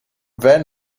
then